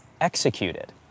executed